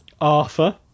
Arthur